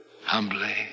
Humbly